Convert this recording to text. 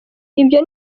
ibyo